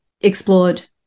explored